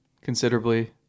considerably